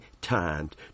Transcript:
timed